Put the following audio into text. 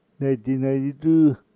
1992